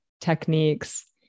techniques